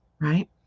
right